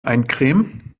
eincremen